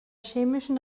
chemischen